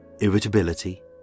irritability